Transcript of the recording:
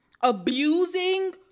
abusing